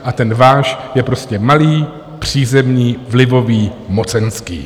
A ten váš je prostě malý, přízemní, vlivový, mocenský.